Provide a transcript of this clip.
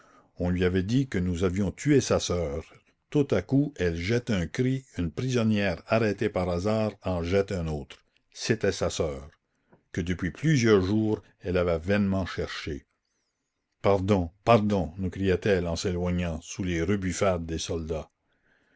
on lui avait dit que nous avions tué sa sœur tout à coup elle jette un cri une prisonnière arrêtée par hasard en jette un autre c'était sa sœur que depuis plusieurs jours elle avait vainement cherchée pardon pardon nous criait-elle en s'éloignant sous les rebuffades des soldats